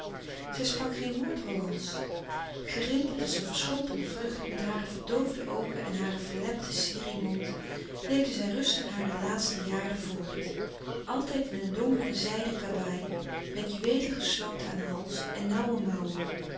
zij sprak geen woord hollandsch gerimpeld als een verschrompelde vrucht met hare verdoofde oogen en hare verlepte sirih mond leefde zij rustig hare laatste jaren voort altijd in een donkeren zijden kabaai met juweelen gesloten aan hals en nauwe mouwen